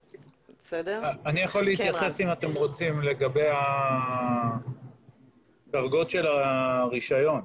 אני יכול להתייחס אם אתם רוצים לדרגות של הרישיון.